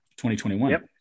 2021